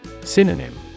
Synonym